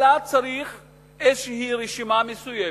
אלא צריך איזו רשימה מסוימת,